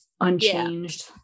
unchanged